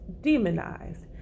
demonized